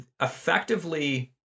effectively